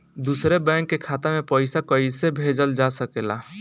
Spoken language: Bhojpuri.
दूसरे बैंक के खाता में पइसा कइसे भेजल जा सके ला?